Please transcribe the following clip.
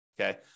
Okay